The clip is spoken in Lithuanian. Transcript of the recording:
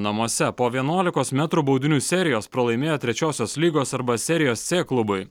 namuose po vienuolikos metrų baudinių serijos pralaimėjo trečiosios lygos arba serijos cė klubui